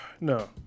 No